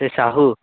ସେ ସାହୁ